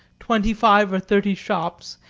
twenty-five or thirty shops,